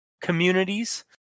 communities